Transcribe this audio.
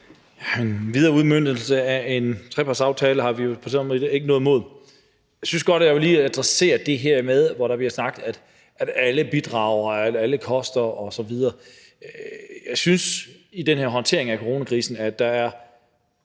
En videre udmøntning af en trepartsaftale har vi jo for så vidt ikke noget imod. Jeg synes godt, at jeg lige vil adressere det her med, at der bliver sagt, at alle bidrager, og at alle koster osv. Jeg synes, at der i den her håndtering af coronakrisen er